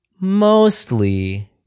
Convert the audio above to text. mostly